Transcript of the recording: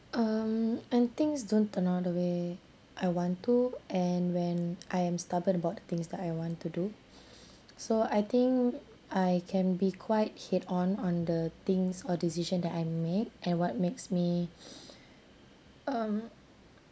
um and things don't turn out the way I want to and when I am stubborn about the things that I want to do so I think I can be quite head on on the things or decision that I make and what makes me um